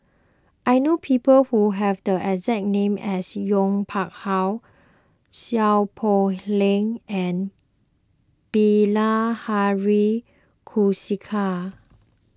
I know people who have the exact name as Yong Pung How Seow Poh Leng and Bilahari Kausikan